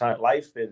life